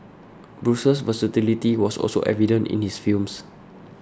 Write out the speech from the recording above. Bruce's versatility was also evident in his films